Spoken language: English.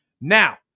Now